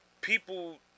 people